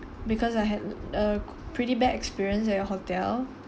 because I had a pretty bad experience at your hotel